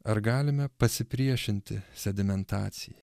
ar galime pasipriešinti sedimentacijai